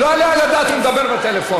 לא יעלה על הדעת שהוא מדבר בטלפון.